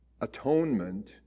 atonement